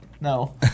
No